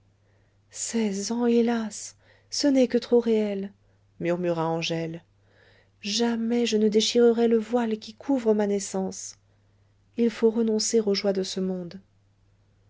seize ans hélas ce n'est que trop réel murmura angèle jamais je ne déchirerai le voile qui couvre ma naissance il faut renoncer aux joies de ce monde